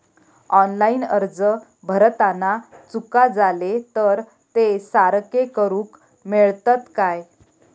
Online अर्ज भरताना चुका जाले तर ते सारके करुक मेळतत काय?